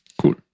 cool